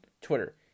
Twitter